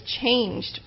changed